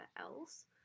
else